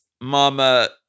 Mama